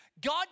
God